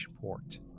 Port